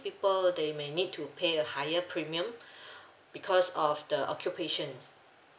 people they may need to pay a higher premium because of the occupations